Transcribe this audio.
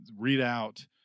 readout